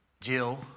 Jill